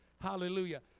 Hallelujah